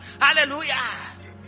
Hallelujah